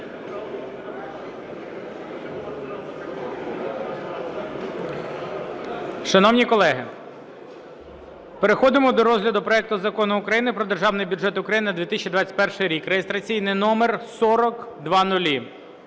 Шановні колеги, переходимо до розгляду проекту Закону України про Державний бюджет України на 2021 рік (реєстраційний номер 4000)